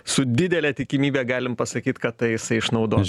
su didele tikimybe galim pasakyt kad tai jisai išnaudos